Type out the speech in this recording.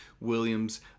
Williams